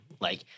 like-